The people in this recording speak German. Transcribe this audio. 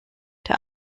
der